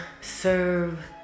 serve